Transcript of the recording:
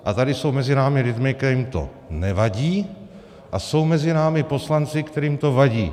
A tady jsou mezi námi lidi, kterým to nevadí, a jsou mezi námi poslanci, kterým to vadí.